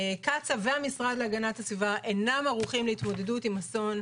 קצא"א והמשרד להגנת הסביבה אינם ערוכים להתמודדות עם אסון: